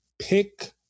Pick